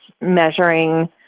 measuring